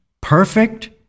perfect